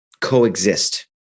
coexist